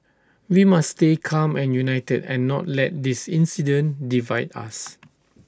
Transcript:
we must stay calm and united and not let this incident divide us